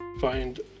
find